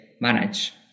manage